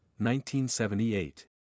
1978